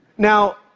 now,